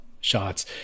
shots